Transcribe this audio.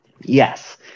yes